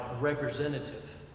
representative